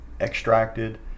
extracted